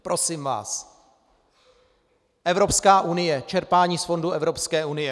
Prosím vás Evropská unie, čerpání z fondů Evropské unie.